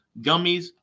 gummies